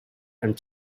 and